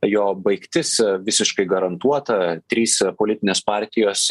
jo baigtis visiškai garantuota trys politinės partijos